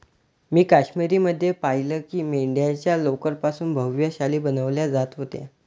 मी काश्मीर मध्ये पाहिलं की मेंढ्यांच्या लोकर पासून भव्य शाली बनवल्या जात होत्या